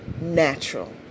natural